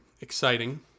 exciting